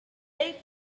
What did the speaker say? bit